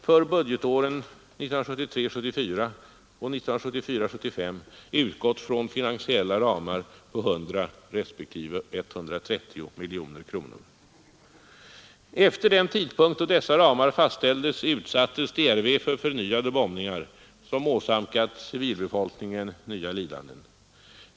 för budgetåren 1973 75 utgått från finansiella ramar på 100 respektive 130 miljoner kronor. Efter den tidpunkt då dessa ramar fastställdes utsattes DRV för förnyade bombningar som åsamkat civilbefolkningen nya lidanden.